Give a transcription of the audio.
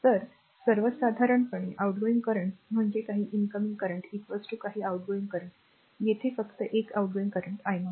तर सर्वसाधारणपणे outgoing current म्हणजे काही इनकमिंग करंट काही आउटगोइंग करंट येथे फक्त एक आउटगोइंग करंट i 0